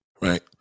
right